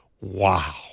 wow